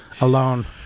alone